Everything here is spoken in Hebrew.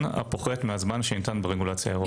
הפוחת מהזמן שניתן ברגולציה האירופית.